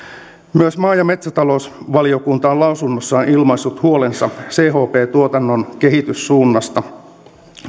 myös maa ja metsätalousvaliokunta on lausunnossaan ilmaissut huolensa chp tuotannon kehityssuunnasta